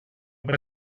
per